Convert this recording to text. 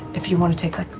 if you want to take like